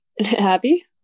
Happy